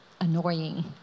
annoying